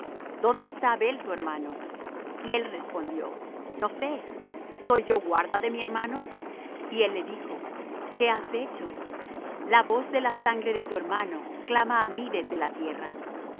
dónde está abel tu hermano y él respondió no sé soy yo guarda de mi hermano y él le dijo qué has hecho la voz de la sangre de tu hermano clama á mí desde la tierra